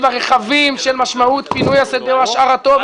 הרחבים של משמעות פינוי השדה או השארתו,